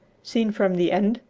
seen from the end,